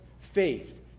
faith